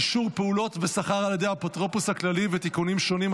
(אישור פעולות ושכר על ידי האפוטרופוס הכללי ותיקונים שונים),